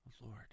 Lord